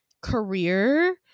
career